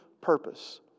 purpose